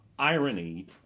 irony